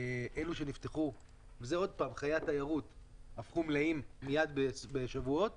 בתי המלון היו מלאים בשבועות